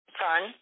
fun